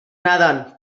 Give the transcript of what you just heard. nadan